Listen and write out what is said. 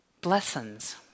blessings